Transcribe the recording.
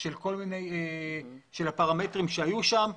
של הפרמטרים שהיו שם.